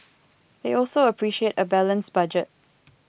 they also appreciate a balanced budget